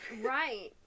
Right